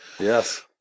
Yes